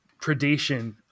predation